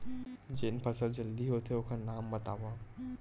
जेन फसल जल्दी होथे ओखर नाम बतावव?